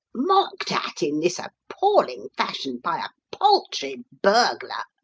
mocked at in this appalling fashion by a paltry burglar